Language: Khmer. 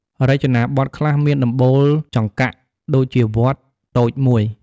រចនាបទខ្លះមានដំបូលចង្កាក់ ដូចជាវត្តតូចមួយ។